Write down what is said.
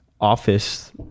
office